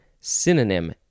Synonym